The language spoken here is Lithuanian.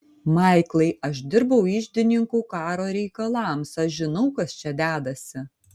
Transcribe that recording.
maiklai aš dirbau iždininku karo reikalams aš žinau kas čia dedasi